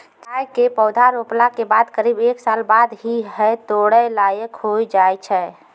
चाय के पौधा रोपला के बाद करीब एक साल बाद ही है तोड़ै लायक होय जाय छै